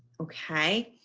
okay,